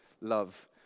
love